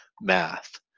math